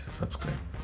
subscribe